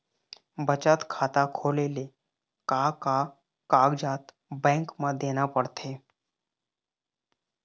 बचत खाता खोले ले का कागजात बैंक म देना पड़थे?